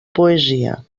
poesia